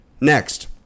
Next